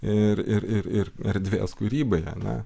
ir ir ir erdvės kūrybai ar ne